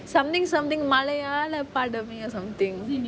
something something மலையாள பாடமே:malayaala paadamae or something